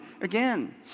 again